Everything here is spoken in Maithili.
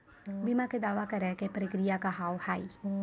बीमा के दावा करे के प्रक्रिया का हाव हई?